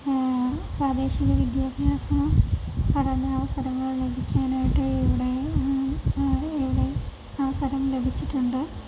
പ്രാദേശിക വിദ്യാഭ്യാസ പഠനാവസരങ്ങൾ ലഭിക്കാനായിട്ട് ഇവിടെയും ഇവിടെയും അവസരം ലഭിച്ചിട്ടുണ്ട്